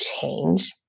change